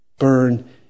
Burn